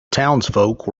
townsfolk